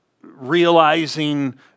realizing